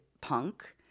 punk